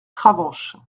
cravanche